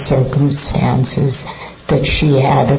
circumstances that she had